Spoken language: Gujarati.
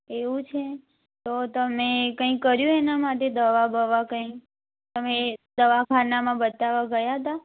એવું છે તો તમે કંઈ કર્યું એના માટે દવા બવા કંઈ તમે દવાખાનામાં બતાવા ગયા હતા